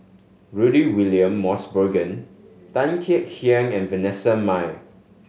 Rudy William Mosbergen Tan Kek Hiang and Vanessa Mae